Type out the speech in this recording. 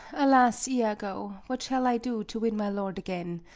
alas, iago, what shall i do to win my lord again?